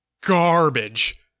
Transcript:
garbage